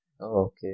okay